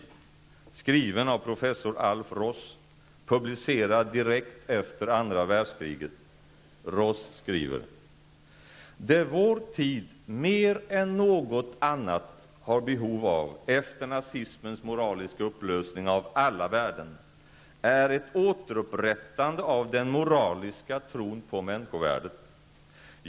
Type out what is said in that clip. '', skriven av professor Alf Ross, publicerad direkt efter andra världskriget. Ross skriver: ''Det vår tid mer än något annat har behov av efter nazismens moraliska upplösning av alla värden, är ett återupprättande av den moraliska tron på människovärdet.